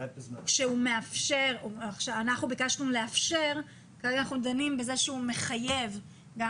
אנחנו ביקשנו לאפשר ועכשיו אנחנו דנים בזה שהוא מחייב גם